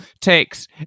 takes